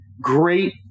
great